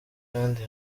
kandi